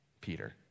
Peter